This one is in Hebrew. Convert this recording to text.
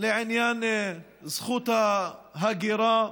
לעניין זכות ההגירה,